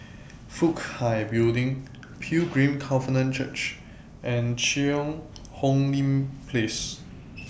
Fook Hai Building Pilgrim Covenant Church and Cheang Hong Lim Place